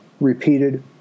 repeated